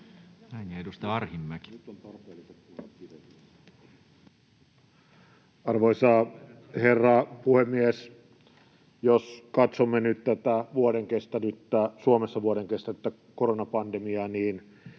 Arvoisa herra puhemies! Jos katsomme nyt tätä Suomessa vuoden kestänyttä koronapandemiaa, niin